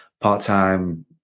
part-time